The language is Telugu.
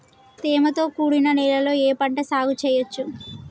తేమతో కూడిన నేలలో ఏ పంట సాగు చేయచ్చు?